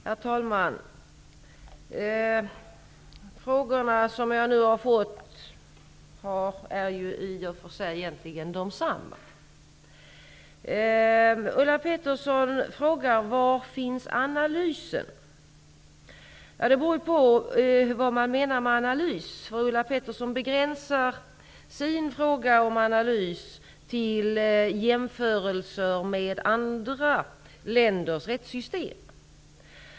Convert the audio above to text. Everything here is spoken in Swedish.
Herr talman! Frågorna som jag nu har fått är egentligen desamma. Ulla Pettersson frågar var analysen finns. Det beror på vad man menar med analys. Ulla Pettersson begränsar sin fråga om analys till jämförelser med andra länders rättssystem.